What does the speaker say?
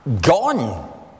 gone